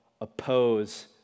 oppose